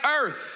earth